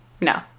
No